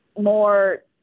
more